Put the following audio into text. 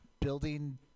building